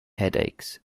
headaches